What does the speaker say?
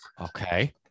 Okay